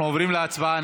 אנחנו עוברים להצבעה.